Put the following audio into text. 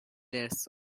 layers